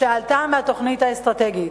שעלתה מהתוכנית האסטרטגית.